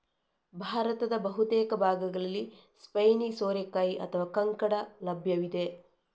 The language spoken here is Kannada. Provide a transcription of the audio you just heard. ಭಾರತದ ಬಹುತೇಕ ಭಾಗಗಳಲ್ಲಿ ಸ್ಪೈನಿ ಸೋರೆಕಾಯಿ ಅಥವಾ ಕಂಕಡ ಲಭ್ಯವಿದೆ